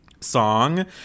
song